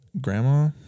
Grandma